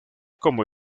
como